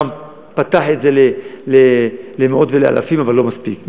פָּתַח את זה למאות ולאלפים, אבל לא מספיק.